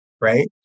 right